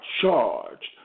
charged